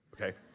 okay